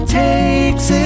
takes